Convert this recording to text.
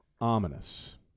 ominous